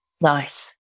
Nice